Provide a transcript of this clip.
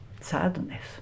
Sadness